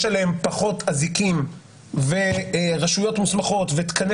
יש עליהם פחות אזיקים ורשויות מוסמכות ותקני